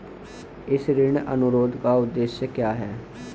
इस ऋण अनुरोध का उद्देश्य क्या है?